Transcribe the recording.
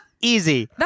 Easy